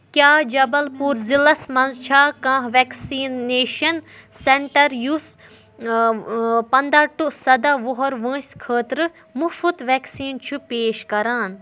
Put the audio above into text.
کیٛاہ جبل پوٗر ضلعس مَنٛز چھا کانٛہہ ویکسِنیشن سینٹر یُس پنداہ ٹُو سَداہ وُہُر وٲنٛسہِ خٲطرٕ مُفٕط ویکسیٖن چھُ پیش کران؟